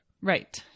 Right